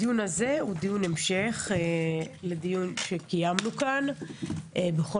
זהו דיון המשך לדיון שקיימנו כאן בכל